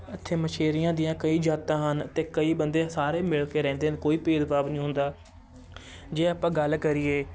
ਇੱਥੇ ਮਛੇਰਿਆਂ ਦੀਆਂ ਕਈ ਜਾਤਾਂ ਹਨ ਅਤੇ ਕਈ ਬੰਦੇ ਸਾਰੇ ਮਿਲ ਕੇ ਰਹਿੰਦੇ ਨੇ ਕੋਈ ਭੇਦਭਾਵ ਨਹੀਂ ਹੁੰਦਾ ਜੇ ਆਪਾਂ ਗੱਲ ਕਰੀਏ